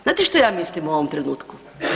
Znate što ja mislim u ovom trenutku?